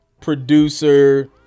producer